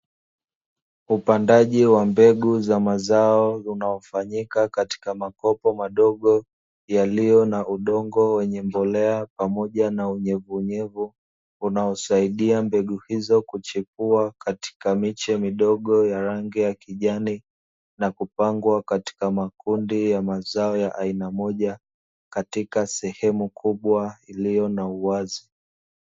Upandaji wa mbegu za mazao unaofanyika katika makopo madogo, yaliyo na udongo wenye mbolea pamoja na unyevunyevu unao saidia mbegu hizo kuchipua katika miche midogo ya rangi ya kijani; na kupangwa katika makundi ya mazao ya aina moja katika sehemu kubwa iliyo na uwazi.